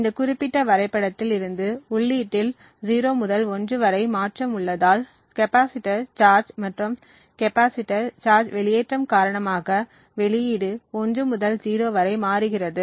இந்த குறிப்பிட்ட வரைப்படத்தில் இருந்து உள்ளீட்டில் 0 முதல் 1 வரை மாற்றம் உள்ளதால் கெப்பாசிட்டர் சார்ஜ் மற்றும் கெப்பாசிட்டர் சார்ஜ் வெளியேற்றம் காரணமாக வெளியீடு 1 முதல் 0 வரை மாறுகிறது